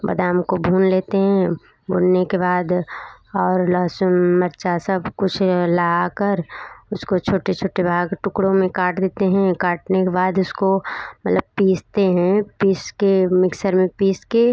बदाम को भून लेते हैं भूनने के बाद और लहसुन मिर्च सब कुछ ला कर उसको छोटे छोटे भाग टुकड़ों में काट देते हैं काटने के बाद इसको मतलब पीसते हैं पीस के मिक्सर में पीस के